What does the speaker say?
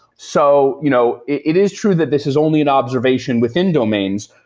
so you know it is true that this is only an observation within domains,